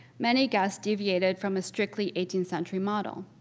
many guests deviated from a strictly eighteenth century model.